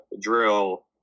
drill